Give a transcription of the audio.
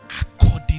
according